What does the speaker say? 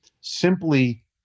simply